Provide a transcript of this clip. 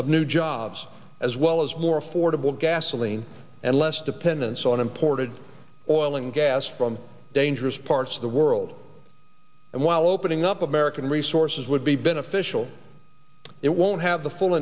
of new jobs as well as more affordable gasoline and less dependence on imported oil and gas from dangerous parts of the world and while opening up american resources would be beneficial it won't have the full